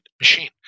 machine